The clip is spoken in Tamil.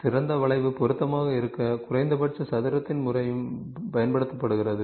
சிறந்த வளைவு பொருத்தமாக இருக்க குறைந்தபட்ச சதுரத்தின் முறையும் பயன்படுத்தப்படுகிறது